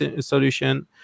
solution